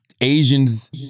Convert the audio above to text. Asians